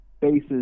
bases